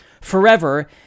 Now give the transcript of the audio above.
forever